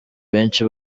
benshi